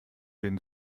den